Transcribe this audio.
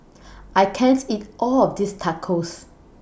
I can't eat All of This Tacos